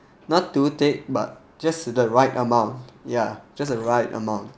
not too thick but just the right amount ya just the right amount